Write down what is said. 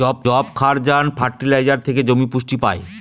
যবক্ষারজান ফার্টিলাইজার থেকে জমি পুষ্টি পায়